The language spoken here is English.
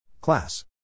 Class